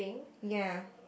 ya